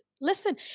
listen